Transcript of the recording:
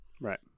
Right